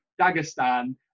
Dagestan